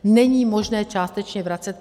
Není možné částečně vracet.